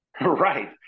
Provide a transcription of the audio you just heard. Right